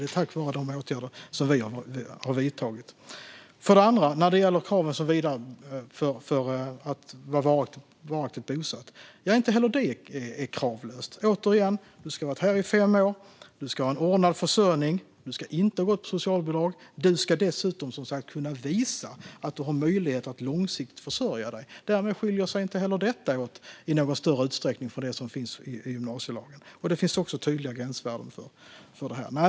Det är tack vare de åtgärder som vi har vidtagit. Det andra gäller reglerna för att vara varaktigt bosatt. Inte heller det är kravlöst. Återigen: Du ska ha varit här i fem år. Du ska ha en ordnad försörjning. Du ska inte ha gått på socialbidrag. Du ska dessutom kunna visa att du har möjligheter att långsiktigt försörja dig. Därmed skiljer sig inte heller detta i någon större utsträckning från det som finns i gymnasielagen. Det finns också tydliga gränsvärden för detta.